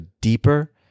deeper